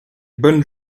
bon